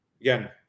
Again